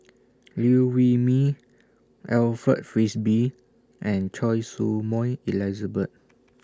Liew Wee Mee Alfred Frisby and Choy Su Moi Elizabeth